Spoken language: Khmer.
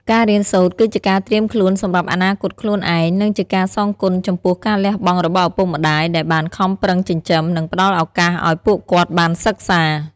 ការរៀនសូត្រគឺជាការត្រៀមខ្លួនសម្រាប់អនាគតខ្លួនឯង និងជាការសងគុណចំពោះការលះបង់របស់ឪពុកម្ដាយដែលបានខំប្រឹងចិញ្ចឹម និងផ្ដល់ឱកាសឲ្យពួកគាត់បានសិក្សា។